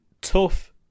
tough